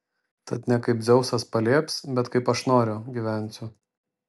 tad ne kaip dzeusas palieps bet kaip aš noriu gyvensiu